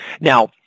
Now